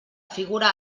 figura